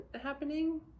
happening